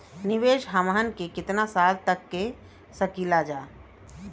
निवेश हमहन के कितना साल तक के सकीलाजा?